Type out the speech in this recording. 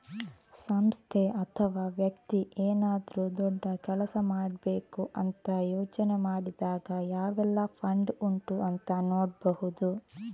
ಸಂಸ್ಥೆ ಅಥವಾ ವ್ಯಕ್ತಿ ಏನಾದ್ರೂ ದೊಡ್ಡ ಕೆಲಸ ಮಾಡ್ಬೇಕು ಅಂತ ಯೋಚನೆ ಮಾಡಿದಾಗ ಯಾವೆಲ್ಲ ಫಂಡ್ ಉಂಟು ಅಂತ ನೋಡ್ಬಹುದು